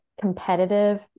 competitive